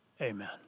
Amen